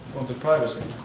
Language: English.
the privacy it